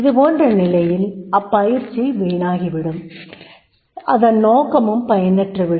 இது போன்ற நிலையில் அப்பயிற்சி வீணாகிவிடும் அதன் நோக்கமும் பயனற்றுவிடும்